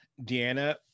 deanna